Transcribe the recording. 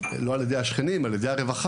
לא על ידי השכנים אלא על ידי הרווחה,